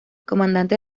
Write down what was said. comandante